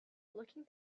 looking